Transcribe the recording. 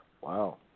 Wow